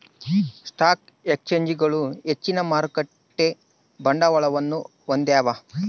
stock ಎಕ್ಸ್ಚೇಂಜ್ಗಳು ಹೆಚ್ಚಿನ ಮಾರುಕಟ್ಟೆ ಬಂಡವಾಳವನ್ನು ಹೊಂದ್ಯಾವ